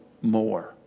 more